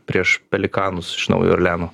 prieš pelikanus iš naujojo orleano